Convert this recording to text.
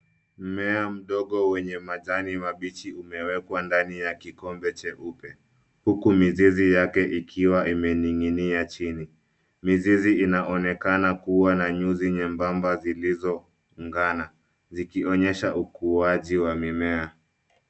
Mmea mdogo wenye majani mabichi umewekwa ndani ya kikombe cheupe, huku mizizi yake ikiwa imening'inia chini. Mizizi inaonekana kua na nyuzi nyembamba zilizofungana, zikionyesha ukuaji wa mimea.